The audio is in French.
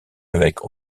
avec